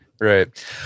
Right